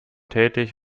tätig